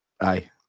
Aye